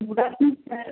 good afternoon sir